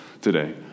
today